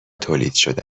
تولیدشده